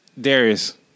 Darius